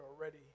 already